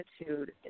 attitude